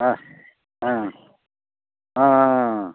ஆ ஆ ஆ ஆ ஆ